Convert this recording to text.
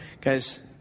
guys